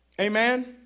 Amen